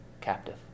captive